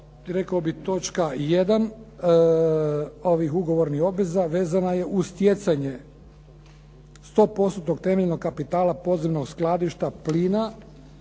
rekao bih točka 1. ovih ugovornih obveza vezana je uz stjecanje stopostotnog temeljnog kapitala podzemnog skladišta s